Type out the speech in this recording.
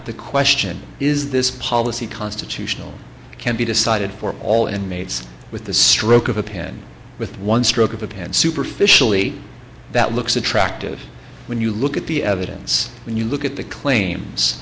the question is this policy constitutional can be decided for all inmates with the stroke of a pen with one stroke of a pen superficially that looks attractive when you look at the evidence when you look at the claims